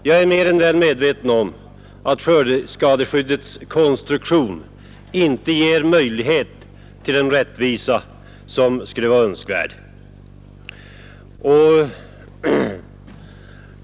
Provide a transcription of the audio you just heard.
Jag är mer än väl medveten om att skördeskadeskyddets konstruktion inte ger möjlighet till den rättvisa som skulle vara önskvärd.